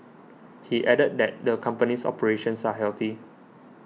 he added that the company's operations are healthy